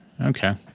okay